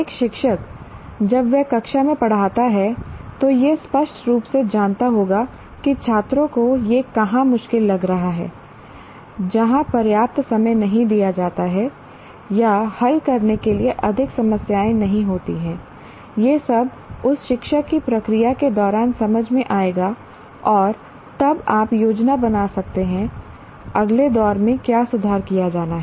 एक शिक्षक जब वह कक्षा में पढ़ाता है तो यह स्पष्ट रूप से जानता होगा कि छात्रों को यह कहाँ मुश्किल लग रहा है जहाँ पर्याप्त समय नहीं दिया जाता है या हल करने के लिए अधिक समस्याएँ नहीं होती हैं यह सब उस शिक्षक की प्रक्रिया के दौरान समझ में आएगा और तब आप योजना बना सकते हैं अगले दौर में क्या सुधार किया जाना है